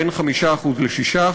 בין 5% ל-6%,